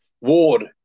Ward